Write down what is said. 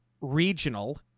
regional